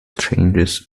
changes